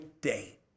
day